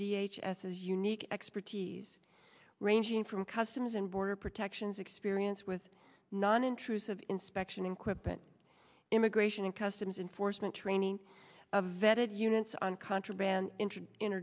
d h s a unique expertise ranging from customs and border protection is experience with non intrusive inspection in quip it immigration and customs enforcement training a vet and units on contraband in